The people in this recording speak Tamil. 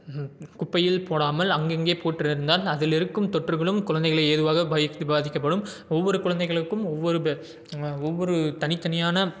குப்பையில் போடாமல் அங்கெங்கே போட்டிருந்தால் அதில் இருக்கும் தொற்றுகளும் குழந்தைகளை ஏதுவாக பைத்து பாதிக்கப்படும் ஒவ்வொரு குழந்தைகளுக்கும் ஒவ்வொரு பே ஒவ்வொரு தனித்தனியான